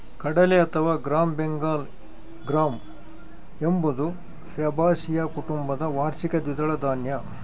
ಕಡಲೆ ಅಥವಾ gram Bengal gram ಎಂಬುದು ಫ್ಯಾಬಾಸಿಯ ಕುಟುಂಬದ ವಾರ್ಷಿಕ ದ್ವಿದಳ ಧಾನ್ಯ